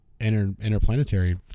interplanetary